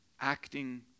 acting